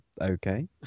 Okay